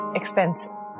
expenses